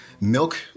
milk